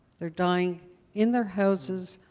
they're dying in their houses,